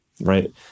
right